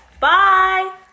Bye